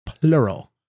plural